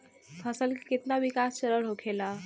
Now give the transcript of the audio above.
फसल के कितना विकास चरण होखेला?